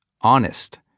honest